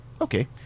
Okay